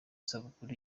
isabukuru